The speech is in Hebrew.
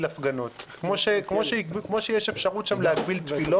הפגנות כמו שיש אפשרות להגביל תפילות.